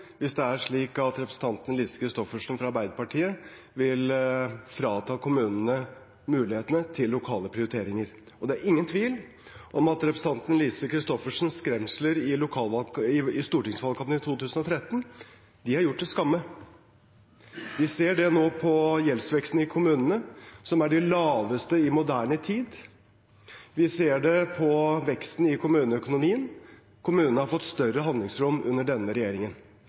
hvis det er slik at representanten Lise Christoffersen fra Arbeiderpartiet vil frata kommunene mulighetene til lokale prioriteringer. Det er ingen tvil om at representanten Lise Christoffersens skremsler i stortingsvalgkampen i 2013 er gjort til skamme. Vi ser det nå på gjeldsveksten i kommunene, som er den laveste i moderne tid. Vi ser det på veksten i kommuneøkonomien. Kommunene har fått større handlingsrom under denne regjeringen.